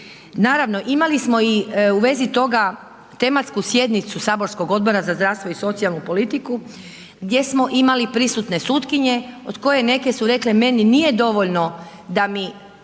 Naravno imali smo i u vezi toga, tematsku sjednicu saborskog Odbora za zdravstvo i socijalnu politiku, gdje smo imali prisutne sutkinje, od koje neke su rekle, nije dovoljno, da mi